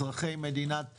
אזרחי מדינת ישראל,